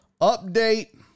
Update